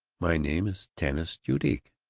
my name's tanis judique.